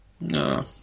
No